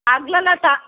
ಹಗ್ಲೆಲ ತ